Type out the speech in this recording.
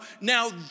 now